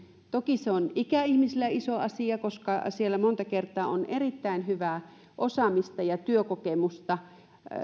toki se on ikäihmisilläkin iso asia koska siellä monta kertaa on erittäin hyvää osaamista ja työkokemusta